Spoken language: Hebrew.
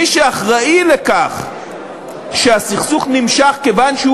מי שאחראי לכך שהסכסוך נמשך כיוון שהוא